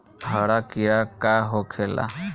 हरा कीड़ा का होखे ला?